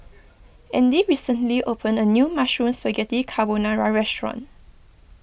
andy recently opened a new Mushroom Spaghetti Carbonara restaurant